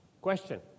Question